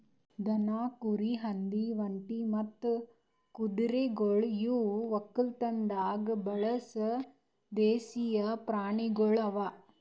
ದನ, ಕುರಿ, ಹಂದಿ, ಒಂಟಿ ಮತ್ತ ಕುದುರೆಗೊಳ್ ಇವು ಒಕ್ಕಲತನದಾಗ್ ಬಳಸ ದೇಶೀಯ ಪ್ರಾಣಿಗೊಳ್ ಅವಾ